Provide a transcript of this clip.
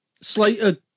Slater